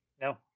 No